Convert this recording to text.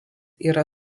yra